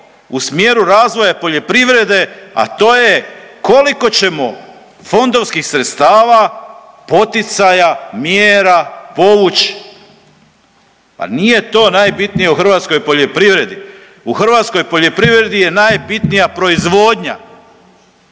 u smjeru razvoja poljoprivrede, a to je koliko ćemo fondovskih sredstava, poticaja, mjera povući, pa nije to najbitnije u hrvatskoj poljoprivredi. U hrvatskoj poljoprivredi je najbitnija proizvodnja.